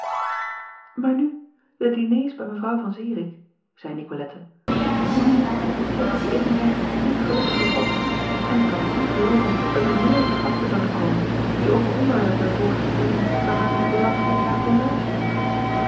aar nu de diners bij evrouw an irik zeî icolette mijn eer heeft het zeker die eene reis niet gelukkig getroffen en ik kan toch niet gelooven dat er nooit gasten zouden komen die over onderwerpen het woord voerden waar men met belangstelling naar kon luisteren